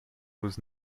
was